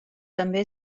també